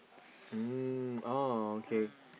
mm oh okay